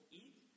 eat